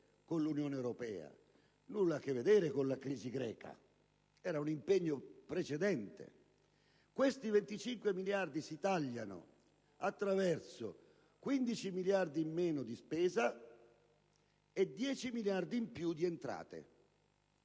con l'Unione europea, che nulla ha a che vedere con la crisi greca, poiché era un impegno precedente. Questi 25 miliardi si tagliano attraverso 15 miliardi in meno di spesa e 10 miliardi in più di entrate.